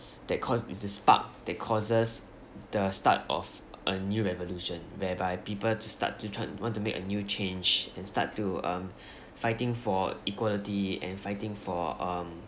that caused it's the spark that causes the start of a new revolution whereby people to start to tran~ want to make a new change and start to um fighting for equality and fighting for um